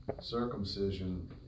circumcision